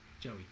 Joey